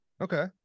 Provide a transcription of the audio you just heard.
Okay